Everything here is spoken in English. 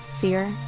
fear